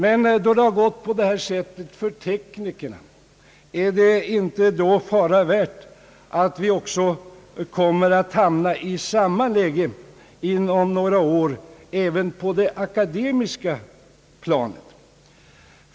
Men då det har gått på detta sätt för teknikerna, är det inte fara värt att vi kommer att hamna i samma läge inom några år även på det akademiska planet?